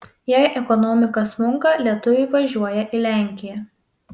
jei ekonomika smunka lietuviai važiuoja į lenkiją